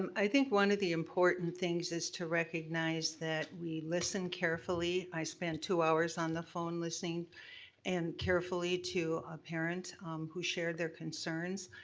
um i think one of the important things is to recognize that we listen carefully. i spent two hours on the phone listening and carefully to our parents who shared their concerns.